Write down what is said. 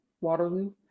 waterloo